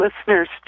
listeners